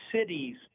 cities